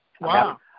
wow